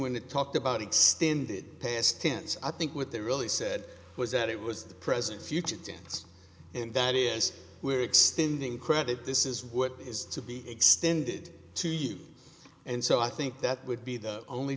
when they talked about extended past tense i think what they really said was that it was the present future tense and that is we're extending credit this is what has to be extended to you and so i think that would be the only